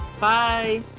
Bye